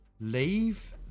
leave